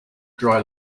dry